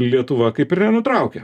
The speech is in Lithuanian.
lietuva kaip ir nenutraukė